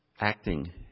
acting